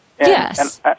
Yes